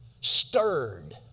stirred